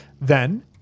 then